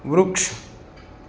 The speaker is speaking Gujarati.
વૃક્ષ